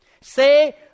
say